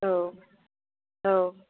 औ औ